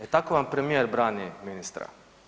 E tako vam premijer brani ministra.